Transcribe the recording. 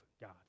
God